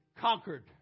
conquered